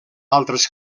altres